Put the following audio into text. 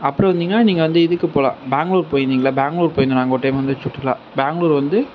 அப்புறோம் வந்திங்கனா நீங்கள் வந்து இதுக்கு போகலாம் பேங்களூர் போய் இருந்தீங்களா பேங்களூர் போய் இருந்தோம் நாங்கள் ஒரு டைம் வந்து சுற்றுலா பேங்களூர் வந்து